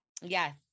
Yes